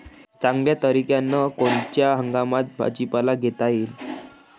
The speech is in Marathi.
चांगल्या तरीक्यानं कोनच्या हंगामात भाजीपाला घेता येईन?